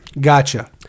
Gotcha